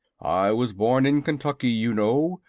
i was born in kentucky, you know,